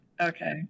Okay